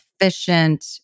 efficient